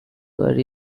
were